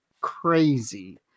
crazy